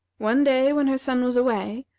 one day when her son was away,